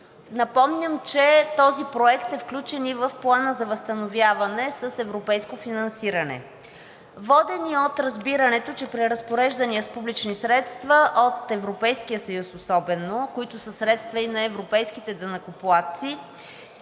Напомням, че този проект е включен и в Плана за възстановяване с европейско финансиране. Водени от разбирането, че при разпореждания с публични средства, от Европейския съюз особено, които са средства и на европейските данъкоплатци,